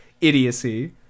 idiocy